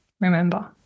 remember